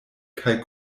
kaj